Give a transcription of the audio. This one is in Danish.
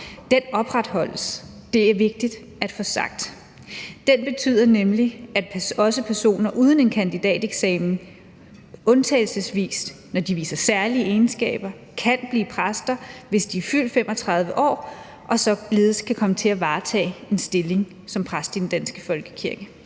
Den opretholdes; det er vigtigt at få sagt. Den betyder nemlig, at også personer uden en kandidateksamen undtagelsesvis, når de viser særlige egenskaber, kan blive præster, hvis de er fyldt 35 år; således kan de komme til at varetage en stilling som præst i den danske folkekirke.